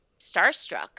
starstruck